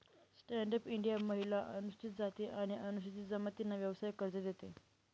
stand up India महिला, अनुसूचित जाती आणि अनुसूचित जमातींना व्यवसाय कर्ज देते